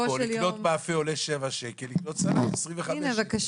לקנות מאפה עולה 7 שקלים, לקנות סלט 21 שקלים.